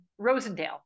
Rosendale